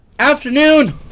Afternoon